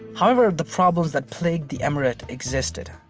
however, the problems that plagued the emirate existed.